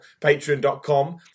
Patreon.com